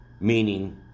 meaning